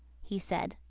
he said,